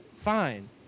fine